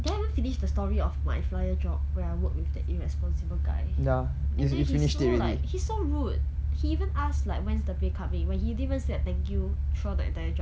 did I even finish the story of my flyer job where I work with that irresponsible guy anyway he's so like he's so rude he even ask like when's the pay coming when he didn't say a thank you throughout the entire job